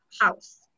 house